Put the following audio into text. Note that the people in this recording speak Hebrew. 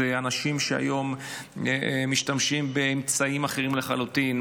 זה אנשים שהיום משתמשים באמצעים אחרים לחלוטין.